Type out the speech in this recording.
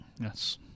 Yes